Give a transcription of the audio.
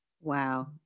Wow